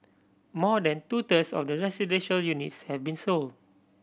more than two thirds of the residential units have been sold